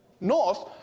north